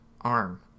Arm